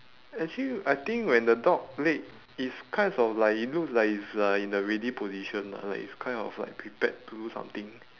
actually I think when the dog leg it's kinds of like it looks like it's like in a ready position lah like it's kind of like prepared to do something